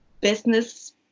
business